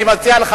אני מציע לך,